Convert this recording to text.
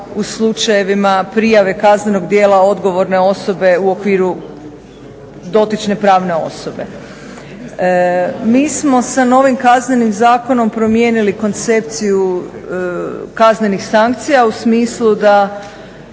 u slučajevima prijave kaznenog djela odgovorne osobe u okviru dotične pravne osobe. Mi smo sa novim Kaznenim zakonom promijenili koncepciju kaznenih sankcija u smislu da